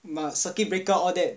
but circuit breaker all that